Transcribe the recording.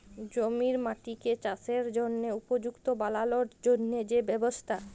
জমির মাটিকে চাসের জনহে উপযুক্ত বানালর জন্হে যে ব্যবস্থা